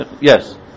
Yes